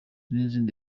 n’izindi